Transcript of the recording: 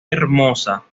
hermosa